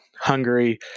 Hungary